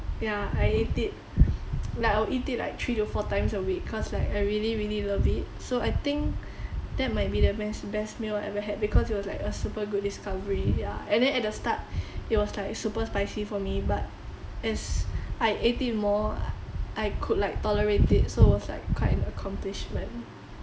ya I ate it like I'll eat it like three to four times a week cause like I really really love it so I think that might be the best best meal I've ever had because it was like a super good discovery ya and then at the start it was like super spicy for me but as I ate it more I I could like tolerate it so it was like quite an accomplishment